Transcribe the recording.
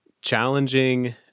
challenging